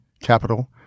capital